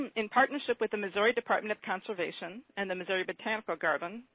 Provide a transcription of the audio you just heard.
and in partnership with the missouri department of conservation and the missouri botanical garden,